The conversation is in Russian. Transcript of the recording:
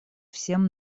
всем